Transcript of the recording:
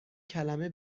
کلمه